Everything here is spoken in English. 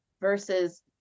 versus